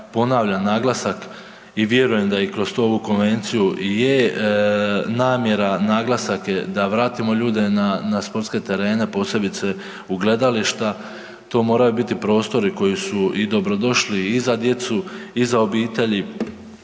ponavljam, naglasak i vjerujem da i kroz ovu konvenciju i je namjera, naglasak je da vratimo ljude na sportske terene, posebice u gledališta, to moraju biti prostori koji su i dobrodošli i za djecu i za obitelji,